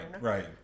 right